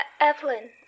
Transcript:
Evelyn